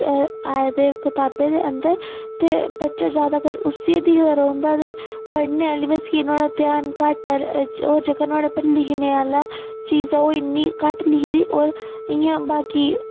आए दे अंदर ते बच्चा जादैतर उसी दिखदा रौंह्दा ते पढ़ने आह्ले पास्सै अल्ली नुहाड़ा घट्ट ध्यान ऐ ते नुहाड़े पर लिखने आह्ली चीज ओह् इन्नी घट्ट लिखी दी होर इ'यां बाकी